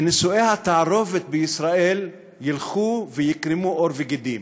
שנישואי התערובת בישראל יקרמו עור וגידים,